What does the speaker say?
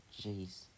jeez